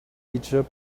egypt